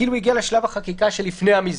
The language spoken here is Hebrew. כאילו הגיעה לשלב החקיקה שלפני המיזוג.